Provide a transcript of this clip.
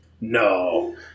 No